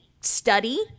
study